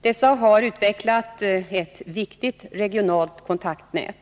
Dessa har utvecklat ett viktigt regionalt kontaktnät.